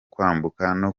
kwambuka